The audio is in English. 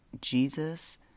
Jesus